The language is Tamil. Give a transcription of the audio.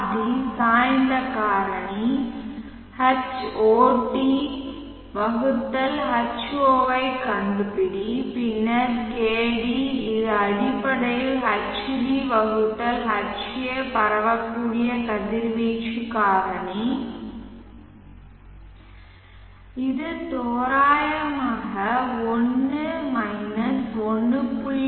Rd சாய்ந்த காரணி Hot H0 ஐக் கண்டுபிடி பின்னர் kd இது அடிப்படையில் Hd Ha பரவக்கூடிய கதிர்வீச்சு காரணி இது தோராயமாக 1 1